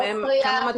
מאוסטריה,